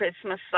Christmas